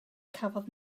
cafodd